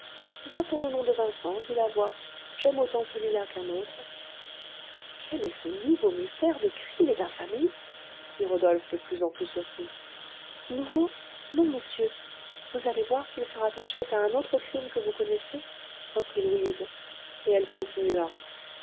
va pour le nom de vincent dit la voix j'aime autant celui-là qu'un autre quel est ce nouveau mystère de crime et d'infamie dit rodolphe de plus en plus surpris nouveau non monsieur vous allez voir qu'il se rattachait à un autre crime que vous connaissez reprit louise et elle continua